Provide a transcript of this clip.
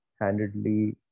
handedly